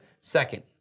second